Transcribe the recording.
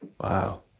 Wow